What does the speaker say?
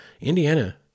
Indiana